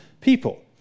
people